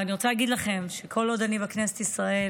אני רוצה להגיד לכם שכל עוד אני בכנסת ישראל,